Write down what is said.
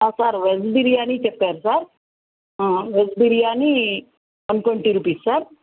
sir veg biryani చెప్పారు sir veg biryani one twenty rupees sir